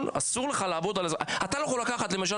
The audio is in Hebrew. נכון אסור לך לעבוד אתה לא יכול לקחת למשל